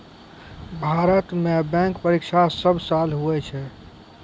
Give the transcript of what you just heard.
भारत मे बैंक परीक्षा सब साल हुवै छै